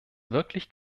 wirklich